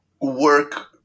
work